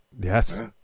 Yes